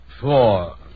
four